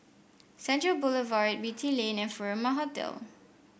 Central Boulevard Beatty Lane and Furama Hotel